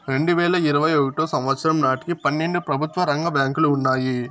రెండువేల ఇరవై ఒకటో సంవచ్చరం నాటికి పన్నెండు ప్రభుత్వ రంగ బ్యాంకులు ఉన్నాయి